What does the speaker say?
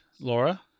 Laura